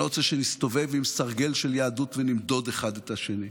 אני לא רוצה שנסתובב עם סרגל של יהדות ונמדוד אחד את השני,